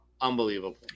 Unbelievable